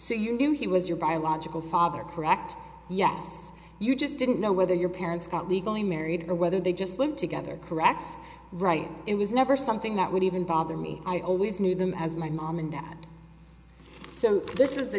so you knew he was your biological father correct yes you just didn't know whether your parents got legally married or whether they just live together correct right it was never something that would even bother me i always knew them as my mom and dad so this is the